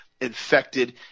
infected